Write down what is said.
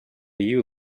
you